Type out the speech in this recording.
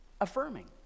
affirming